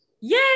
Yay